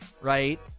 right